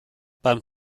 beim